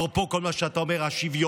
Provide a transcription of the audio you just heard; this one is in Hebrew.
אפרופו כל מה שאתה אומר על השוויון?